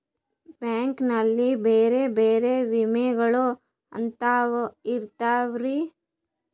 Bank ನಲ್ಲಿ ಬೇರೆ ಬೇರೆ ವಿಮೆಗಳು ಎಂತವ್ ಇದವ್ರಿ?